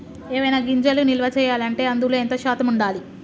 ఏవైనా గింజలు నిల్వ చేయాలంటే అందులో ఎంత శాతం ఉండాలి?